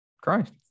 christ